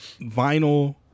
vinyl